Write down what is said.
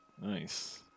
Nice